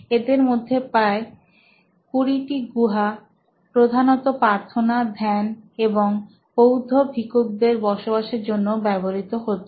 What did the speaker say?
এদের মধ্যে প্রায় 20টি গুহা প্রধানত প্রার্থনা ধ্যান ও বৌদ্ধ ভিক্ষুকদের বসবাসের জন্য ব্যবহৃত হতো